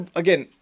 again